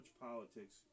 politics